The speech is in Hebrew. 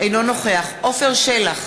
אינו נוכח עפר שלח,